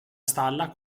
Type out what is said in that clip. stalla